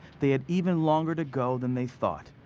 they had even longer to go than they thought.